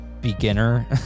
beginner